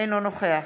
אינו נוכח